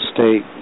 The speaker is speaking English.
State